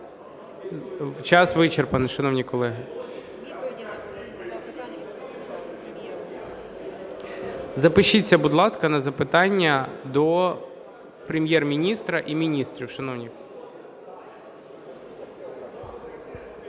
Час вичерпаний, шановні колеги. Запишіться, будь ласка, на запитання до Прем'єр-міністра і міністрів, шановні.